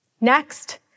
Next